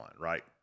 right